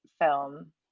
film